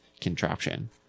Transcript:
contraption